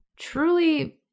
truly